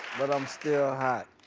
but i'm still hot.